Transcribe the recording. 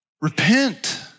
Repent